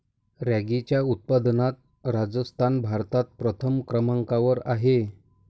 रॅगीच्या उत्पादनात राजस्थान भारतात प्रथम क्रमांकावर आहे